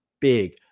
big